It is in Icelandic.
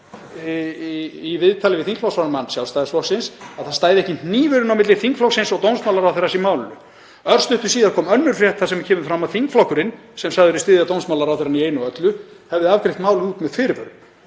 í viðtali við þingflokksformann Sjálfstæðisflokksins að það standi ekki hnífurinn á milli þingflokksins og dómsmálaráðherra í málinu. Örstuttu síðar kom önnur frétt þar sem kemur fram að þingflokkurinn, sem sagður er styðja dómsmálaráðherra í einu og öllu, hafi afgreitt málið út með fyrirvörum.